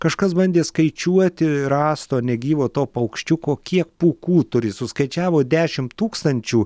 kažkas bandė skaičiuoti rasto negyvo to paukščiuko kiek pūkų turi suskaičiavo dešimt tūkstančių